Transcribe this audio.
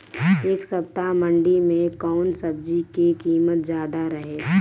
एह सप्ताह मंडी में कउन सब्जी के कीमत ज्यादा रहे?